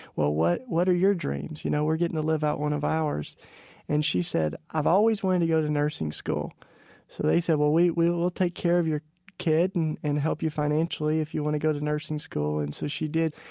well, what what are your dreams, you know? we're getting to live out one of ours and she said, i've always wanted to go to nursing school so they said, well, we we will take care of your kid and and help you financially if you want to go to nursing school and so she did.